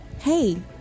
Hey